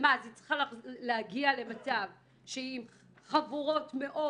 ומה אז היא צריכה להגיע למצב שהיא עם חבורות מאוד